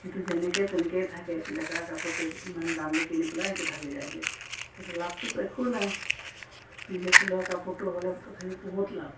সেইটো যেনেকৈ তেনেকৈ থাকে বেকা কাপোৰ কেইটামান দাম দি কিনি পেলাই সেইটো থাকি যায়গৈ তেতিয়া লাভটোতো একো নাই নিজে চিলোৱা কাপোৰটো হ'লে তথাপি বহুত লাভ